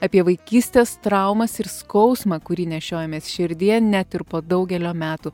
apie vaikystės traumas ir skausmą kurį nešiojamės širdyje net ir po daugelio metų